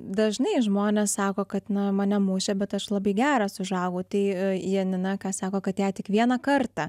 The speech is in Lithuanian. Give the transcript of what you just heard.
dažnai žmonės sako kad mane mušė bet aš labai geras užaugau tai janina ką sako kad ją tik vieną kartą